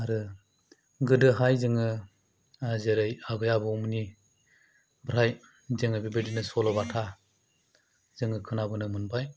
आरो गोदोहाय जोङो जेरै आबै आबौमोननि फ्राय जोङो बेबायदिनो सल'बाथा जोङो खोनाबोनो मोनबाय